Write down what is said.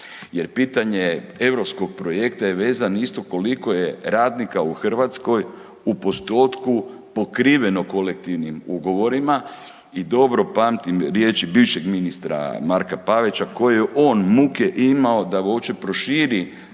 Jer pitanje europskog projekta je vezan isto koliko je radnika u Hrvatskoj u postotku pokriveno kolektivnim ugovorima i dobro pamtim riječi bivšeg ministra Marka Pavića koje je on muke imao da ga uopće proširi